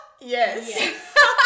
yes